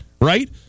Right